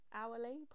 hourly